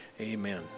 amen